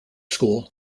school